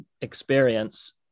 experience